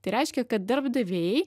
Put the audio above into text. tai reiškia kad darbdaviai